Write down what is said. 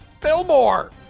Fillmore